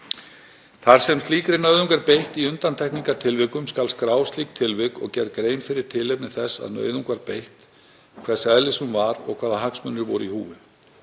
Þar sem slíkri nauðung er beitt í undantekningartilvikum skal skrá slík tilvik og skal gerð grein fyrir tilefni þess að nauðung var beitt, hvers eðlis hún var og hvaða hagsmunir voru í húfi.